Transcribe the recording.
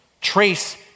trace